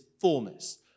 fullness